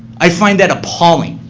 i find that appalling.